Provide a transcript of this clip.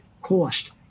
cost